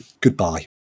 Goodbye